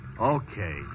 Okay